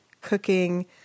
cooking